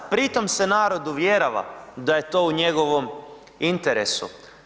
Pri tome se narod uvjerava da je to u njegovom interesu.